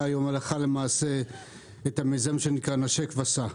היום הלכה למעשה את המיזם שנקרא "נשק וסע".